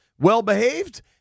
well-behaved